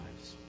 lives